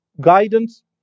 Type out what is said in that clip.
guidance